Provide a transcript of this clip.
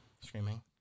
screaming